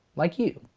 like you.